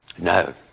No